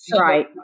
Right